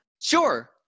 Sure